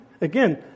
again